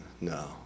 no